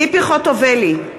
(קוראת בשמות חברי הכנסת) ציפי חוטובלי,